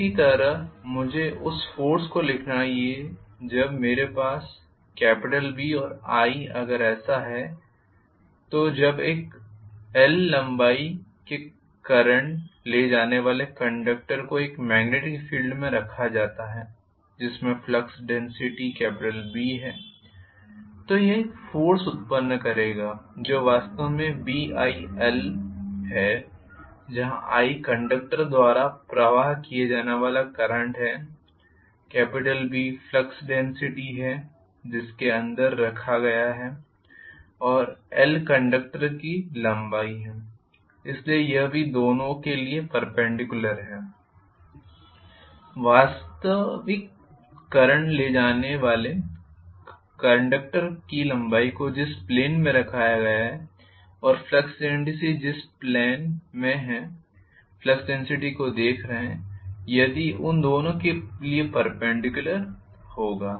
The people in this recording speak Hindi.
इसी तरह मुझे उस फोर्स को लिखना चाहिए जब मेरे पास B और i अगर ऐसा है तो जब एक l लंबाई के करंट ले जाने वाले कंडक्टर को एक मेग्नेटिक फील्ड में रखा जाता है जिसमें फ्लक्स डेन्सिटी B होता है तो यह एक फोर्स उत्पन्न करेगा जो वास्तव में Bil है जहां i कंडक्टर द्वारा प्रवाह किया जाने वाला करंट है B फ्लक्स डेन्सिटी है जिसके अंदर रखा गया है और l कंडक्टर की लंबाई है इसलिए यह भी दोनों के लिए पर्पेनडिक्युलर है वास्तविक करंट ले जाने वाले कंडक्टर की लंबाई को जिस प्लेन में रखा गया है और फ्लक्स डेन्सिटी जिस प्लेन पर हम फ्लक्स डेन्सिटी को देख रहे हैं यह उन दोनों के लिए पर्पेनडिक्युलर होगा